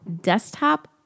desktop